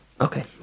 Okay